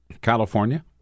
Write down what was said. California